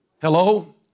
Hello